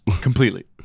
completely